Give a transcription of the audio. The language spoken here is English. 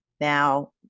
now